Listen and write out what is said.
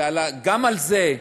גם על זה,